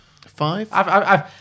Five